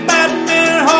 Batman